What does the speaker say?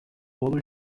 bolo